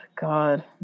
God